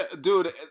dude